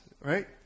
right